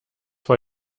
war